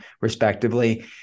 respectively